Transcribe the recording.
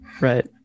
right